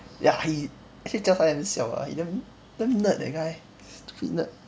ya he actually jia tai damn siao ah he damn damn nerd that guy stupid nerd